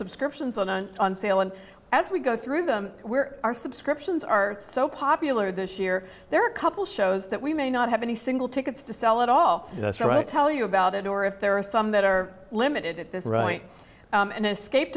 subscriptions on and on sale and as we go through them where are subscriptions are so popular this year there are a couple shows that we may not have any single tickets to sell at all that's right tell you about it or if there are some that are limited at this right and escape